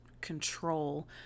control